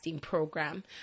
program